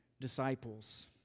disciples